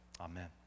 Amen